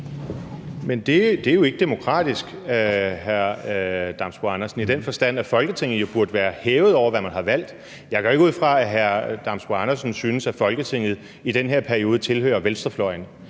Men det er jo ikke demokratisk, hr. Lennart Damsbo-Andersen, i den forstand at Folketinget jo burde være hævet over, hvad man har valgt. Jeg går ikke ud fra, at hr. Lennart Damsbo-Andersen synes, at fordi Folketinget i den her periode tilhører venstrefløjen,